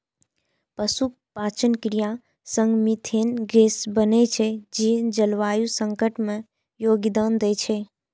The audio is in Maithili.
पशुक पाचन क्रिया सं मिथेन गैस बनै छै, जे जलवायु संकट मे योगदान दै छै